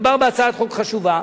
מדובר בהצעת חוק חשובה,